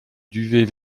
duvet